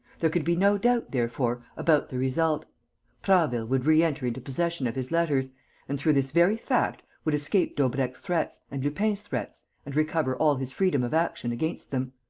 there could be no doubt, therefore, about the result prasville would reenter into possession of his letters and, through this very fact, would escape daubrecq's threats and lupin's threats and recover all his freedom of action against them.